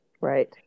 Right